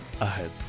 ahead